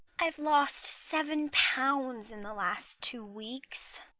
i've lost seven pounds in the last two weeks,